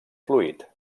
fluid